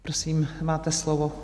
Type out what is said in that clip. Prosím, máte slovo.